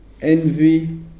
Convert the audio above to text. envy